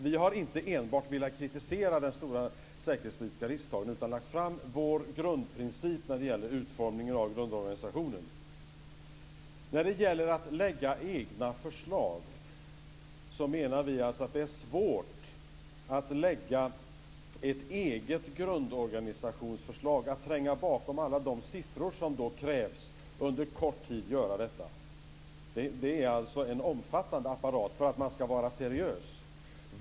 Vi har inte enbart velat kritisera det stora säkerhetspolitiska risktagandet, utan vi har också lagt fram vår grundprincip när det gäller utformningen av grundorganisationen. Vi menar att det är svårt att lägga ett eget grundorganisationsförslag och att tränga bakom alla siffror, vilket ju krävs. Dessutom ska det göras på kort tid. Det här är alltså en omfattande apparat om man ska vara seriös.